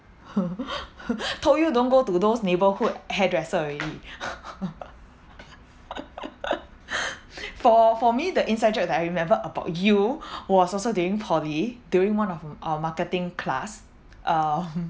told you don't go to those neighbourhood hairdresser already for for me the inside joke that I remembered about you was also during poly during one of the our marketing class uh